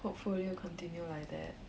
hopefully will continue like that